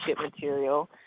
material